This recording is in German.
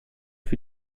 für